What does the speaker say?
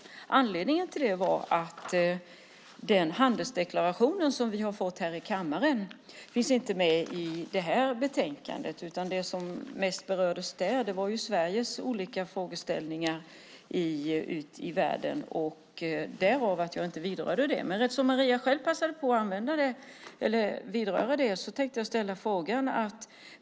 Anledningen till det är att den handelsdeklaration som vi har fått här i kammaren inte finns med i betänkandet. Det som mest berördes där var Sveriges olika frågeställningar ute i världen. Därför vidrörde jag inte det. Men eftersom Marie själv passade på att vidröra detta tänkte jag ställa en fråga.